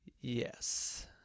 Yes